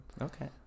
Okay